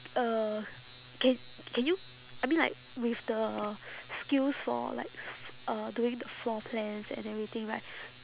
uh can can you I mean like with the skills for like uh doing the floor plans and everything right